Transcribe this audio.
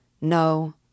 no